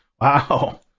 Wow